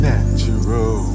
Natural